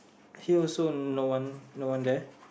she also no one no one there